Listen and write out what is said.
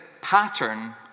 pattern